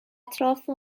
اطراف